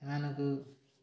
ଏମାନଙ୍କୁ